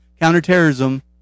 Counterterrorism